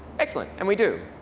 excellent. and we do.